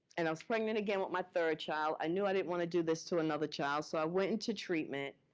and i was pregnant again with my third child. i knew i didn't want to do this to another child. so i went into treatment.